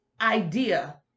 Idea